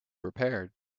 repaired